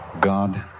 God